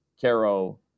Caro